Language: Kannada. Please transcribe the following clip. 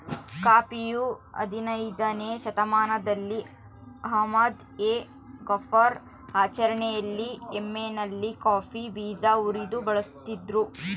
ಕಾಫಿಯು ಹದಿನಯ್ದನೇ ಶತಮಾನದಲ್ಲಿ ಅಹ್ಮದ್ ಎ ಗಫರ್ ಆಚರಣೆಯಲ್ಲಿ ಯೆಮೆನ್ನಲ್ಲಿ ಕಾಫಿ ಬೀಜ ಉರಿದು ಬಳಸಿದ್ರು